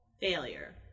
failure